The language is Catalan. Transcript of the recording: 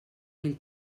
mil